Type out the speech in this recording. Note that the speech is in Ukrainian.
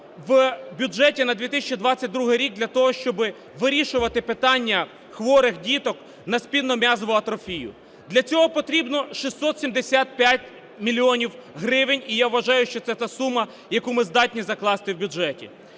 в бюджеті на 2022 рік для того, щоб вирішувати питання хворих діток на спінальну м'язову атрофію. Для цього потрібно 675 мільйонів гривень. І я вважаю, що це та сума, яку ми здатні закласти в бюджеті.